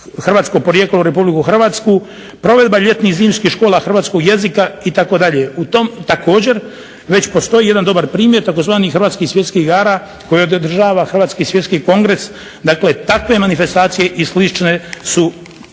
hrvatsko porijeklo u Republiku Hrvatsku, provedba ljetnih i zimskih škola hrvatskog jezika itd. U tom također već postoji jedan dobar primjer tzv. hrvatskih svjetskih igara koji održava Hrvatski svjetski kongres. Dakle, takve manifestacije i slične su